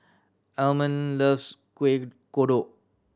Almon loves Kuih Kodok